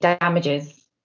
damages